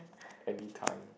any time